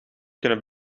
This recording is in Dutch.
kunnen